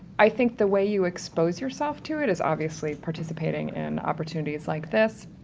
i think the way you expose yourself to it is obviously participating in opportunities like this,